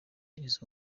izo